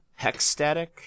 Hexstatic